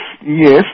Yes